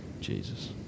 Jesus